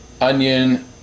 onion